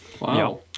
wow